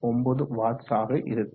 39 வாட்ஸ்ஆக இருக்கும்